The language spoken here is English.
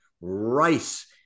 Rice